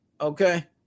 Okay